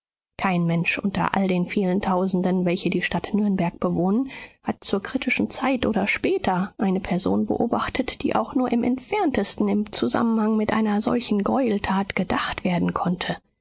kein mensch unter all den vielen tausenden welche die stadt nürnberg bewohnen hat zur kritischen zeit oder später eine person beobachtet die auch nur im entferntesten im zusammenhang mit einer solchen greueltat gedacht werden konnte